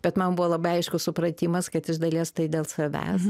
bet man buvo labai aiškus supratimas kad iš dalies tai dėl savęs